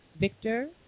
Victor